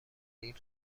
دیر